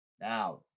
Now